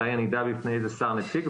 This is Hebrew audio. מתי אני אדע בפני איזה שר נציג?